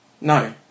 No